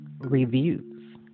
reviews